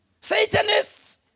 Satanists